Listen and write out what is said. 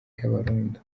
kabarondo